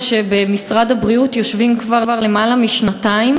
במשרד הבריאות יושבים כבר למעלה משנתיים